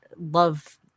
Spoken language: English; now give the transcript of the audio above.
love